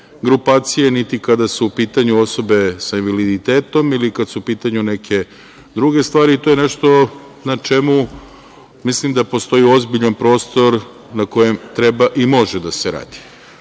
grupacije, niti kada su u pitanju osobe sa invaliditetom ili kada su u pitanju neke druge stvari. To je nešto na čemu mislim da postoji ozbiljan prostor na kome treba i može da se